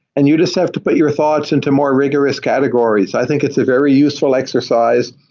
and you just have to put your thoughts into more rigorous categories. i think it's a very useful exercise,